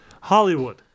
Hollywood